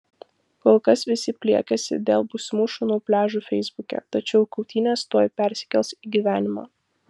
kol kas visi pliekiasi dėl būsimų šunų pliažų feisbuke tačiau kautynės tuoj persikels į gyvenimą